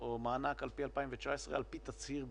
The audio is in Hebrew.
או מענק לפי 2019 על פי תצהיר בלבד.